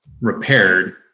repaired